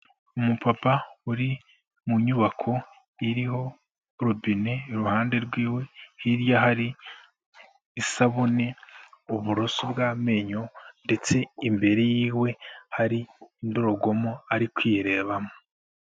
Umupapa uri mu nyubako iriho robine, iruhande rwiwe hirya hari isabune, uburoso bw'amenyo ndetse imbere yiwe hari indorerwamo ari kwirebamo.